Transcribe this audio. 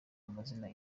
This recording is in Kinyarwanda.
amazina